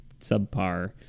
subpar-